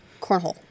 cornhole